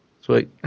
Sweet